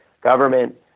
government